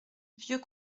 vieux